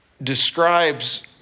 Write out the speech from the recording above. Describes